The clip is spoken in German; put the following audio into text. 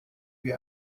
wie